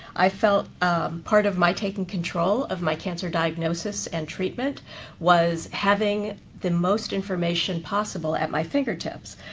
i felt part of my taking control of my cancer diagnosis and treatment was having the most information possible at my fingertips.